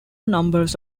numbers